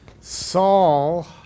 Saul